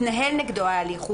מתנהל נגדו ההליך,